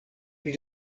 pri